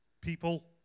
People